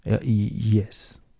Yes